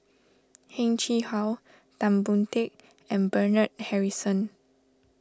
Heng Chee How Tan Boon Teik and Bernard Harrison